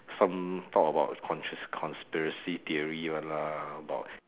some talk about cons~ conspiracy theory one lah about